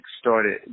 started